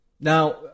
Now